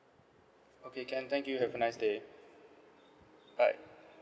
okay can thank you have a nice day bye